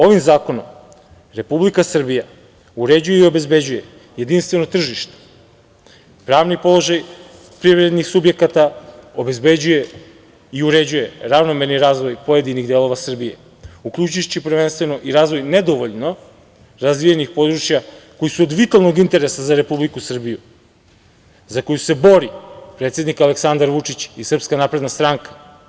Ovim zakonom Republika Srbija uređuje i obezbeđuje jedinstveno tržište, pravni položaj privrednih subjekata, obezbeđuje i uređuje ravnomerni razvoj pojedinih delova Srbije uključujući prvenstveno i razvoj nedovoljno razvijenih područja koji su od vitalnog interesa za Republiku Srbiju za koju se bori predsednik Aleksandar Vučić i SNS.